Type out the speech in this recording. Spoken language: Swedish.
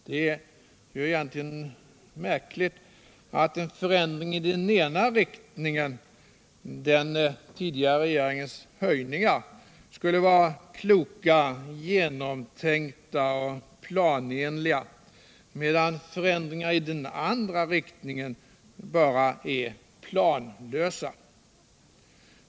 Men det är egentligen märkligt att förändringar i den ena riktningen — den tidigare regeringens höjningar — skulle vara mer kloka, genomtänkta och planenliga än förändringar i den andra riktningen, som bara skulle vara planlösa.